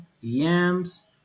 yams